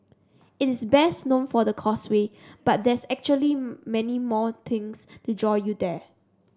it is best known for the Causeway but there's actually many more things to draw you there